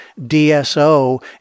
DSO